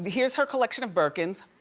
here's her collection of birkins.